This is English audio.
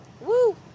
Woo